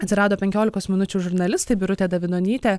atsirado penkiolikos minučių žurnalistai birutė davidonytė